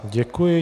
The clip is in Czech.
Děkuji.